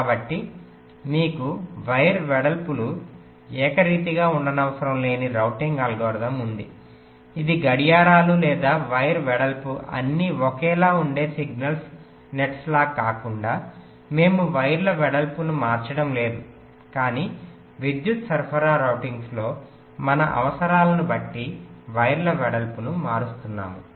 కాబట్టి మీకు వైర్ వెడల్పులు ఏకరీతిగా ఉండనవసరం లేని రౌటింగ్ అల్గోరిథం ఉంది ఇది గడియారాలు లేదా వైర్ వెడల్పు అన్నీ ఒకేలా ఉండే సిగ్నల్ నెట్స్లా కాకుండామేము వైర్ల వెడల్పును మార్చడం లేదు కానీ విద్యుత్ సరఫరా రౌటింగ్లో మన అవసరాలను బట్టి వైర్ల వెడల్పును మారుస్తున్నాము